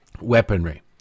weaponry